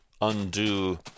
undo